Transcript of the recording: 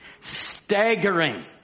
Staggering